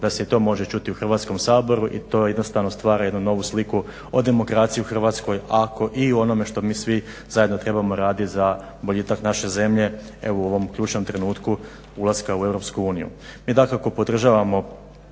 da se i to može čuti u Hrvatskom saboru i to jednostavno stvara jednu novu sliku o demokraciji u Hrvatskoj i u onome što mi svi zajedno trebamo radit za boljitak naše zemlje evo u ovom ključnom trenutku ulaska u Europsku uniju. Mi dakako podržavamo